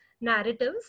narratives